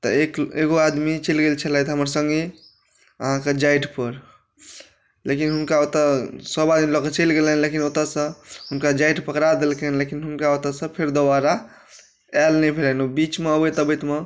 तऽ एक एगो आदमी चलि गेल छलथि हमर सङ्गी अहाँके जाठिपर लेकिन हुनका ओतय सभ आदमी लकऽ चलि गेलनि लेकिन ओतयसँ हुनका जाठि पकड़ा देलकनि लेकिन हुनका ओतयसँ फेर दोबारा आयल नहि भेलनि ओ बीचमे अबैत अबैतमे